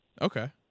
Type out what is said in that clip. Okay